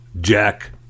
Jack